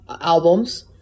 albums